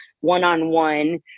one-on-one